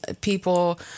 people